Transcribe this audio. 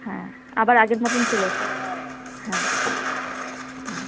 হ্যাঁ আবার আগের মতোন চলে আসে হ্যাঁ হুম